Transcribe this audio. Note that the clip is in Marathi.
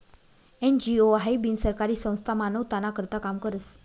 एन.जी.ओ हाई बिनसरकारी संस्था मानवताना करता काम करस